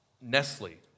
Nestle